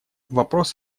вопрос